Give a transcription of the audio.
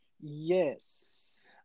Yes